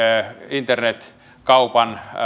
internetkaupan